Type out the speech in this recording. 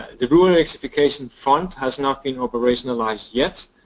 the rural electrification fund has not been operationalized yet,